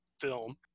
film